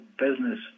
business